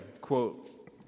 quote